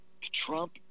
Trump